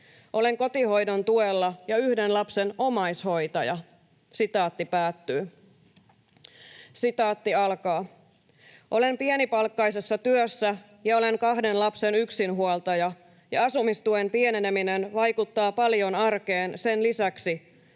Olen kotihoidon tuella ja yhden lapsen omaishoitaja.” ”Olen pienipalkkaisessa työssä ja olen kahden lapsen yksinhuoltaja, ja asumistuen pieneneminen vaikuttaa paljon arkeen sen lisäksi,